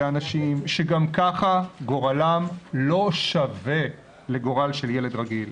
באנשים שגם ככה גורלם לא שווה לגורל של ילד רגיל,